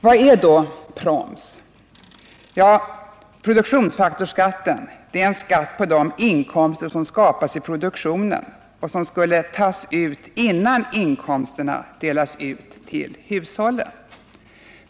Vad är då produktionsfaktorsskatt? Jo, det är en skatt på de inkomster som skapas i produktionen, och den skall tas ut innan inkomsterna delas ut till hushållen.